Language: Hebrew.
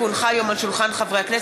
כי הונחה היום על שולחן הכנסת,